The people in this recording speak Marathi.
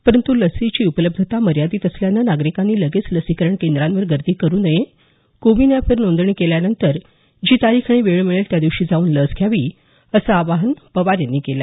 परंतु लसीची उपलब्धता मर्यादित असल्याने नागरिकांनी लगेच लसीकरण केंद्रांवर गर्दी करू नये कोविन एपवर नोंदणी केल्यानंतर जी तारीख आणि वेळ मिळेल त्या दिवशी जाऊन लस घ्यावी असं आवाहन पवार यांनी केलं